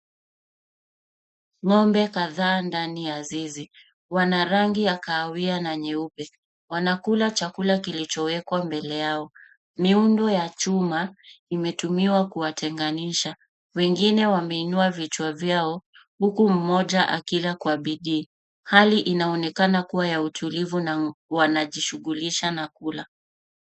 Ng'ombe kadhaa ndani ya zizi wana rangi ya kahawia na nyeupe. Wanakula chakula kilichowekwa mbele yao. Miundo ya chuma imetumiwa kuwatenganisha. Wengine wameinua vichwa vyao huku mmoja kila kwa bidii. Hali inaonekana kuwa ya utulivu na wanajishughulisha na kula.